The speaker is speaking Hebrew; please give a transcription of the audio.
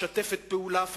משתפת פעולה,